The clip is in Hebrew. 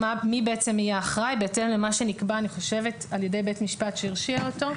יהיה האחראי בהתאם למה שנקבע על ידי בית משפט שהרשיע אותו.